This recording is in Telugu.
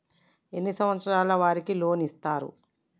ఎన్ని సంవత్సరాల వారికి లోన్ ఇస్తరు?